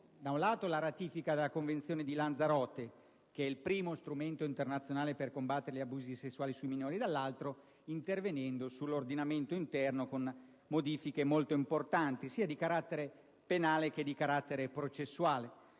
attraverso la ratifica della Convenzione di Lanzarote, che è il primo strumento internazionale per combattere gli abusi sessuali sui minori e, dall'altro, intervenendo sull'ordinamento interno con modifiche molto importanti, sia di carattere penale che processuale.